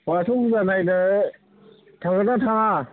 बाथौ फुजा नायनो थांगोनना थाङा